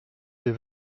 des